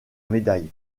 médaille